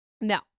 No